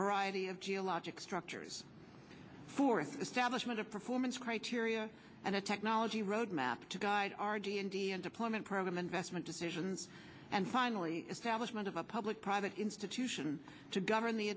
variety of geologic structures for establishment of performance criteria and a technology road map to guide our d n d and deployment programme investment decisions and finally establishment of a public private institution to govern the